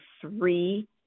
three